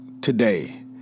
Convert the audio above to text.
today